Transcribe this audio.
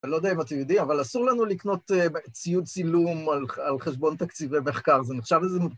אני לא יודע אם אתם יודעים, אבל אסור לנו לקנות א ציוד צילום על חשבון תקציבי מחקר, זה נחשב איזה...